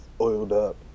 oiled-up